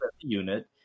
unit